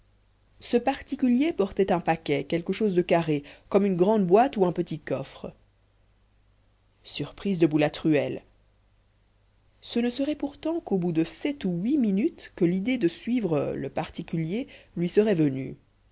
ce particulier portait un paquet quelque chose de carré comme une grande boîte ou un petit coffre surprise de boulatruelle ce ne serait pourtant qu'au bout de sept ou huit minutes que l'idée de suivre le particulier lui serait venue